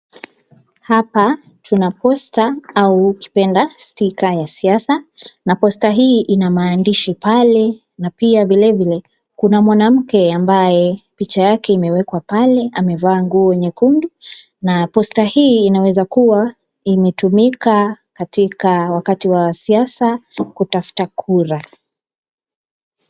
Hapa tuna posta au ukipenda sticker ya siasa, na posta hii inamaandishi pale na pia vilevile kuna mwanamke ambaye picha yake imewekwa pale, amevaa nguo nyekundu na posta hii inaweza kuwa inatumika katika wakati wa siasa kutafuta Kura.